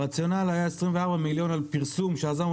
הרציונל היה 24,000,000 ₪ על פרסום שעזרנו